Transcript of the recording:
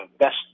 best